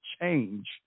change